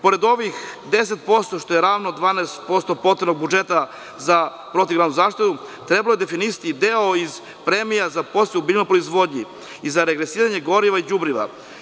Pored ovih 10%, što je ravno 12% potrebnog budžeta za protivgradnu zaštitu, trebalo je definisati i deo iz premija za podsticaje u biljnoj proizvodnji i za regresiranje goriva i đubriva.